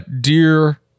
dear